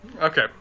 okay